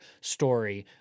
story